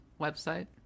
website